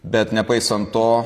bet nepaisant to